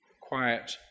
quiet